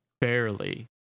barely